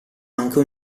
anche